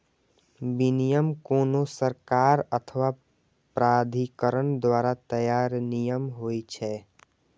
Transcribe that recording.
विनियम कोनो सरकार अथवा प्राधिकरण द्वारा तैयार नियम होइ छै